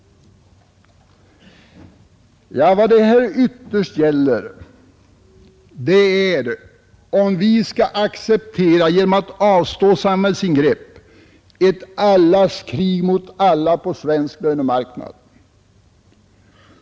Vad frågan ytterst gäller är, om vi skall avstå från samhällsingrepp och låta ett allas krig mot alla utvecklas på svensk lönemarknad.